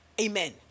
Amen